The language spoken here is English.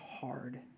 hard